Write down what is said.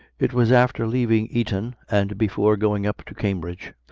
it was after leaving eton, and before going up to cambridge,